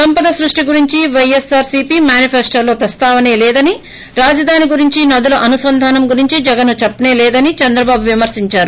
సంపద సృష్టి గురించి పైకాపా మేనిఫెస్టోలో ప్రస్తావసేలేదని రాజధాని గురించి నదుల అనుసంధానం గురించి జగన్ చెప్పలేదని చంద్రబాబు విమర్శించారు